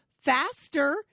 faster